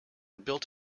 built